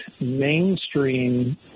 mainstream